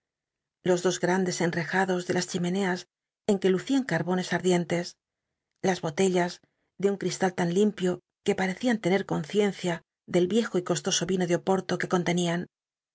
los dos grandes enrejados de las chimeneas en que hrcian c rbones al'dicntes las botellas de un cristal lan limpio que parccian tener conciencia del l'iejo y costoso l'ino de opoi'lo que